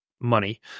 money